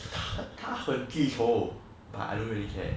他很记仇 but I don't really care